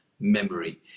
memory